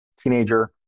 teenager